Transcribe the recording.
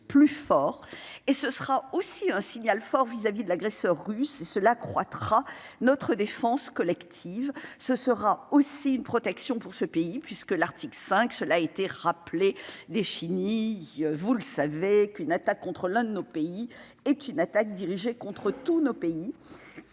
plus forts et ce sera aussi un signal fort vis-à-vis de l'agresseur russe seul accroîtra notre défense collective, ce sera aussi une protection pour ce pays, puisque l'article 5, cela a été rappelé défini, vous le savez, qu'une attaque contre l'un de nos pays est une attaque dirigée contre tous nos pays